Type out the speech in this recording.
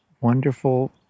wonderful